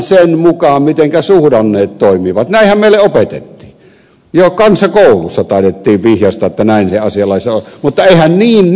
näinhän meille opetettiin jo kansakoulussa taidettiin vihjaista että näin se asianlaita on mutta eihän niin nykyisin ole ollenkaan